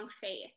faith